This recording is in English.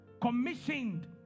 commissioned